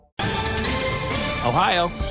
Ohio